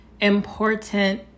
important